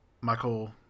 Michael